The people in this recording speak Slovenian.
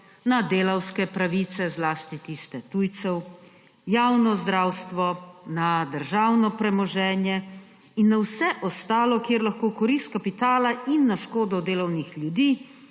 na delavske pravice, zlasti tiste tujcev, na javno zdravstvo, na državno premoženje in na vse ostalo, kjer lahko v korist kapitala in na škodo delovnih ljudi